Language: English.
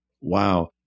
Wow